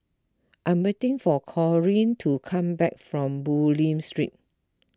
I am waiting for Corrie to come back from Bulim Street